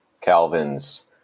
Calvin's